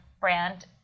brand